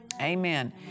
Amen